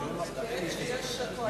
היושב-ראש,